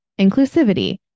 inclusivity